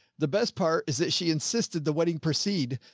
the best part is that she insisted the wedding proceed.